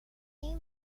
they